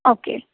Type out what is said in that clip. okay